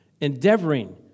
Endeavoring